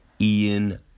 Ian